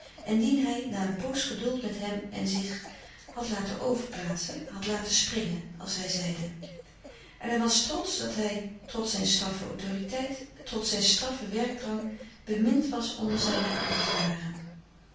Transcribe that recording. en dien hij na een poos geduld met hem en zich had laten overplaatsen had laten springen als hij zeide en hij was trotsch dat hij trots zijn straffe autoriteit trots zijn straffen werkdrang bemind was onder zijne ambtenaren